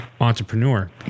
entrepreneur